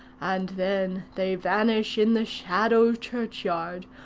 and then they vanish in the shadow-churchyard,